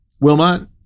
Wilmot